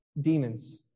demons